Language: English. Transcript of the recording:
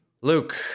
Luke